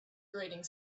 grating